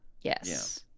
Yes